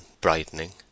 brightening